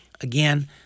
Again